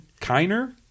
Kiner